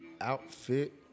outfit